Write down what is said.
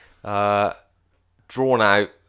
drawn-out